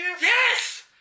Yes